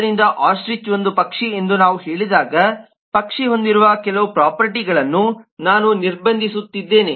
ಆದ್ದರಿಂದ ಆಸ್ಟ್ರಿಚ್ ಒಂದು ಪಕ್ಷಿ ಎಂದು ನಾವು ಹೇಳಿದಾಗ ಪಕ್ಷಿ ಹೊಂದಿರುವ ಕೆಲವು ಪ್ರೊಪರ್ಟಿಗಳನ್ನು ನಾನು ನಿರ್ಬಂಧಿಸುತ್ತಿದ್ದೇನೆ